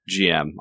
GM